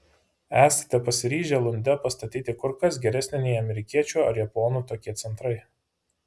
esate pasiryžę lunde pastatyti kur kas geresnį nei amerikiečių ar japonų tokie centrai